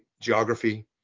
geography